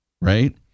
right